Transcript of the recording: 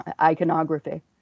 iconography